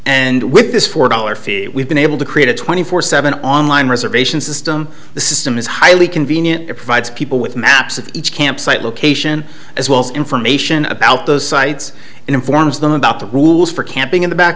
and with this four dollar fee we've been able to create a twenty four seven online reservation system the system is highly convenient it provides people with maps of each campsite location as well as information about those sites informs them about the rules for camping in the back